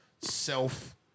self